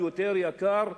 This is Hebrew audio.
היקר יותר,